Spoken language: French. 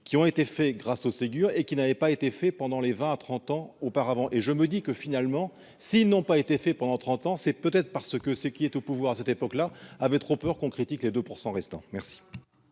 qui ont été faits grâce au Ségur et qui n'avait pas été fait pendant les 20 à 30 ans auparavant et je me dis que, finalement, s'ils n'ont pas été fait pendant 30 ans, c'est peut être parce que ce qui est au pouvoir à cette époque-là avaient trop peur qu'on critique les 2 % restants merci.